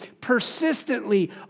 persistently